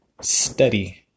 study